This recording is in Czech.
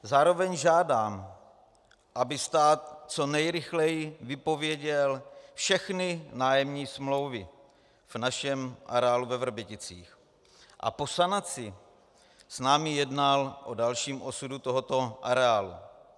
Zároveň žádám, aby stát co nejrychleji vypověděl všechny nájemní smlouvy v našem areálu ve Vrběticích a po sanaci s námi jednal o dalším osudu tohoto areálu.